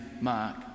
Mark